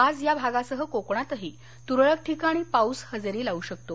आज या भागासह कोकणातही तुरळक ठिकाणी पाऊस हजेरी लावू शकतो